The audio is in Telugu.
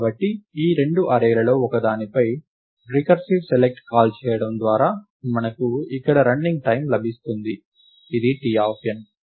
కాబట్టి ఈ రెండు అర్రేలలో ఒకదానిపై రికర్సివ్ సెలెక్ట్ కాల్ చేయడం ద్వారా మనకు ఇక్కడ రన్నింగ్ టైమ్ లభిస్తుంది ఇది T